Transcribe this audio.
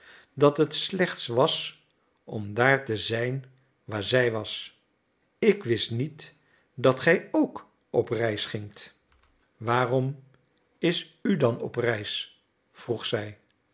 dat het slechts was om daar te zijn waar zij was ik wist niet dat gij ook op reis gingt waarom is u dan op reis vroeg zij